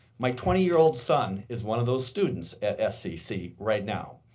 my twenty year old son is one of those students at scc right now.